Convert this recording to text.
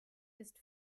ist